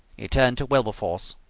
he turned to wilberforce.